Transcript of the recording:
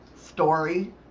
story